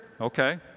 Okay